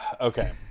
okay